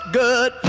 good